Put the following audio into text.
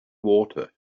water